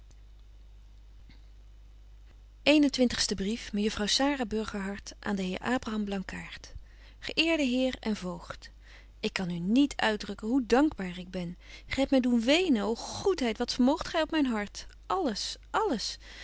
aan den heer abraham blankaart ge eerde heer en voogd ik kan u niet uitdrukken hoe dankbaar ik u ben gy hebt my doen wenen ô goedheid wat vermoogt gy op myn hart alles alles